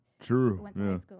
True